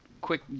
quick